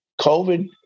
COVID